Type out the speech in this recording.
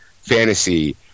fantasy